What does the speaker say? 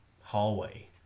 hallway